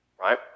right